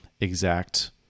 exact